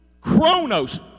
chronos